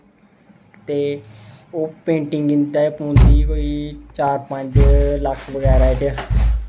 ते ओह् पेंटिंग इं'दी पौंदी कोई चार पंज लक्ख बगैरा ते